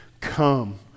come